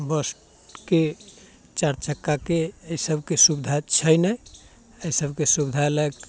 बसके चारि चक्काके एहि सभके सुविधा छै नहि अइ सभके सुविधा लायक